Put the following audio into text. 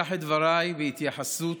אפתח את דבריי בהתייחסות